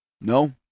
No